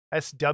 SW